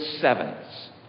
sevens